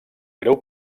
greu